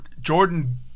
Jordan